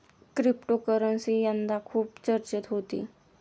cryptocurrency यंदा खूप चर्चेत होती